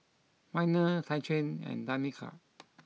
Minor Tyquan and Danica